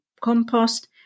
compost